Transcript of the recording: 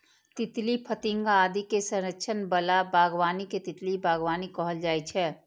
तितली, फतिंगा आदि के संरक्षण बला बागबानी कें तितली बागबानी कहल जाइ छै